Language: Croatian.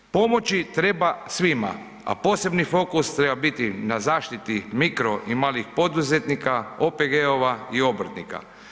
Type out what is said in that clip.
Pomoći treba svima, a posebni fokus treba biti na zaštiti mikro i malih poduzetnika, OPG-ova i obrtnika.